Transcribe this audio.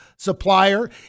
supplier